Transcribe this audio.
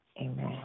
Amen